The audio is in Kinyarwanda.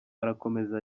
arakomeza